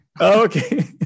Okay